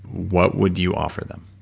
what would you offer them?